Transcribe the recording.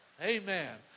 Amen